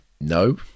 no